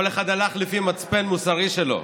כל אחד הלך לפי המצפן המוסרי שלו,